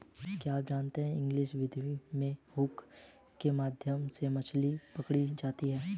क्या आप जानते है एंगलिंग विधि में हुक के माध्यम से मछली पकड़ी जाती है